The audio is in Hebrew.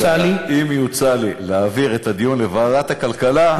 יוצע לך להעביר את הדיון לוועדת הכלכלה,